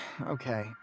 okay